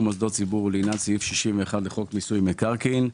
מוסדות ציבור לעניין סעיף 61 לחוק מיסוי מקרקעין.